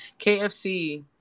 KFC